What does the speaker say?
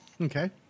Okay